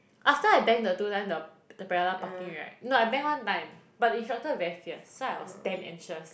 after I bang the two times the the parallel parking right no I bang one time but the instructor very fierce so I was damn anxious